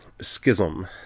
schism